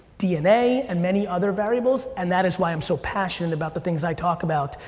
dna and many other variables, and that is why i'm so passionate about the things i talk about.